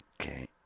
Okay